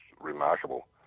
remarkable